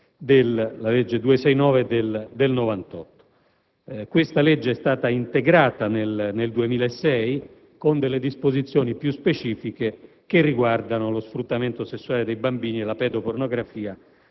la legge n. 269 del 1998. Questa legge è stata integrata nel 2006 con disposizioni più specifiche che riguardano lo sfruttamento sessuale dei bambini e la pedopornografia